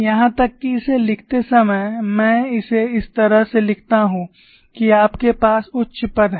यहां तक कि इसे लिखते समय मैं इसे इस तरह से लिखता हूं कि आपके पास उच्च पद हैं